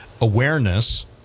awareness